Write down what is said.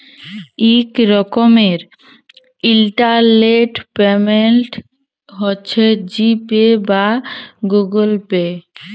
ইক রকমের internet payment হছে জি পে বা গুগল পে